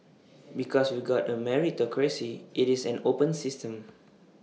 because we've got A meritocracy IT is an open system